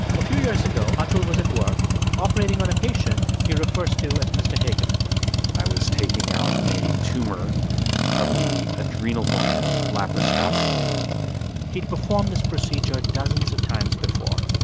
a few years ago, atul was at work operating on a patient he refers to as mr. hagerman i was taking out a tumor of the adrenal gland laparoscopically he'd performed this procedure dozens of times before.